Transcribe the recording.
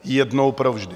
Jednou provždy.